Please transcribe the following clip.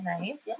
Nice